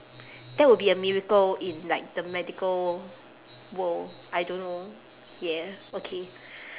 that would be a miracle in like the medical world I don't know ya okay